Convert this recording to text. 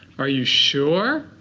are you sure?